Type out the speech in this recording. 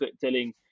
telling